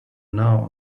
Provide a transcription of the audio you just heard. now